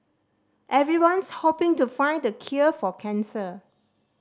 everyone's hoping to find the cure for cancer